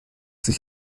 sich